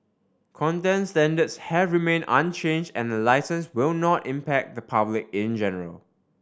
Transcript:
content standards have remain unchange and the licences will not impact the public in general